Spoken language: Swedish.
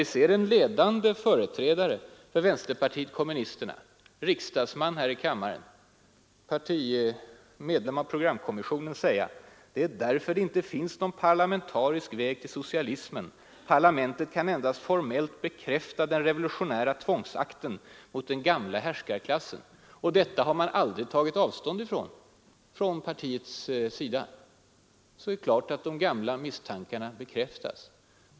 Vi ser en ledande företrädare för vänsterpartiet kommunisterna, riksdagsman och medlem av programkommissionen, skriva: ”Det är därför det inte finns någon parlamentarisk väg till socialismen. Parlamentet kan endast formellt bekräfta den revolutionära tvångsakten mot den gamla härskarklassen.” Från partiets sida har man aldrig tagit avstånd från detta. Då är det klart att de gamla misstankarna bekräftas.